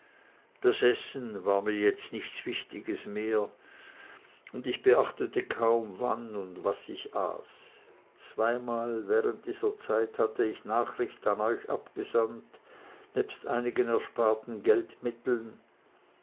das essen war mir jetzt nichts wichtiges mehr und ich beachtete kaum wann und was ich aß zweimal während dieser zeit hatte ich nachricht an euch abgesandt nebst einigen ersparten